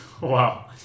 Wow